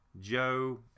Joe